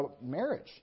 marriage